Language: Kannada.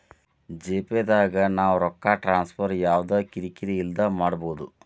ಜಿ.ಪೇ ದಾಗು ನಾವ್ ರೊಕ್ಕ ಟ್ರಾನ್ಸ್ಫರ್ ಯವ್ದ ಕಿರಿ ಕಿರಿ ಇಲ್ದೆ ಮಾಡ್ಬೊದು